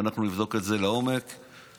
אני בעמדה שאנחנו נבדוק את זה לעומק ונפעל.